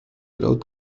growth